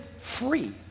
free